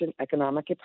economic